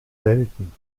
selten